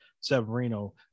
Severino